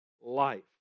life